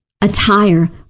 attire